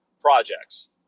projects